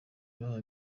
bahawe